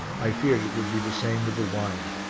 i feared it would be the same with the wine.